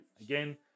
again